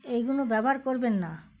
এইগুলো ব্যবহার করবেন না